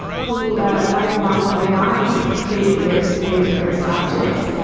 who is writing about one of my favorite favorite thirsts objects.